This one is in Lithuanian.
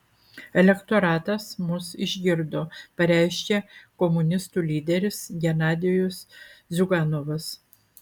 elektoratas mus išgirdo pareiškė komunistų lyderis genadijus ziuganovas